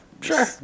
Sure